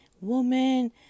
woman